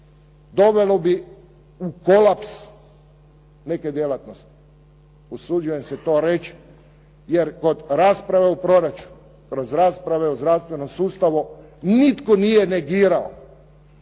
dovelo bi u kolaps neke djelatnosti. Usuđujem se to reći jer kod rasprave o proračunu, kroz rasprave u zdravstvenom sustavu nitko nije negirao